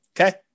Okay